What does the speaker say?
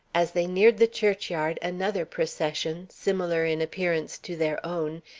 as they neared the churchyard another procession, similar in appearance to their own,